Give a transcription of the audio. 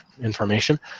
information